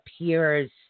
appears